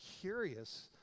curious